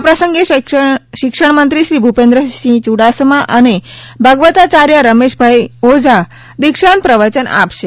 આ પ્રસંગે શિક્ષણમંત્રી શ્રી ભૂપેન્દ્રસિંહ યૂડાસમા અને ભાગવતાયાર્ય રમેશભાઇ ઓઝા દીક્ષાંત પ્રવચન આપશે